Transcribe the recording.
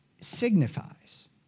Signifies